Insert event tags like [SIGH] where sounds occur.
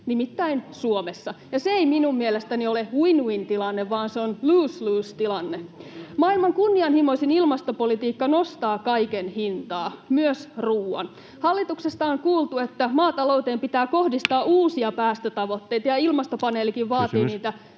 nimittäin Suomessa. Ja se ei minun mielestäni ole win-win-tilanne, vaan se on lose-lose-tilanne. [NOISE] Maailman kunnianhimoisin ilmastopolitiikka nostaa kaiken hintaa, myös ruuan. Hallituksesta on kuultu, että maatalouteen pitää kohdistaa [NOISE] uusia päästötavoitteita, ja ilmastopaneelikin vaatii niitä